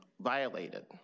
violated